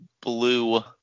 blue